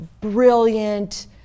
brilliant